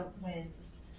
wins